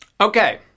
Okay